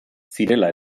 zirela